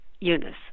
Eunice